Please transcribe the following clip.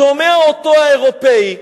שומע אותו האירופי,